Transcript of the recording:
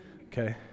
Okay